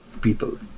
people